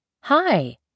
Hi